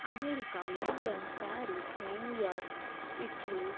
America London Paris New York Italy